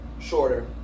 shorter